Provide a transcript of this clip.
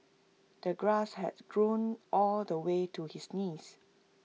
the grass has grown all the way to his knees